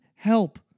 help